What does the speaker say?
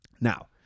Now